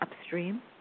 upstream